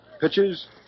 pitches